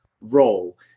role